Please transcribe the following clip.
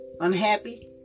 Unhappy